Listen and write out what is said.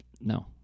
no